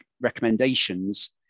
recommendations